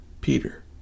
Peter